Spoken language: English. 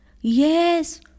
Yes